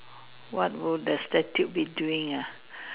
what would the statue be doing ah